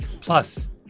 Plus